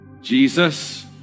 Jesus